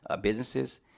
businesses